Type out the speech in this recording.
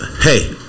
Hey